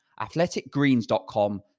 athleticgreens.com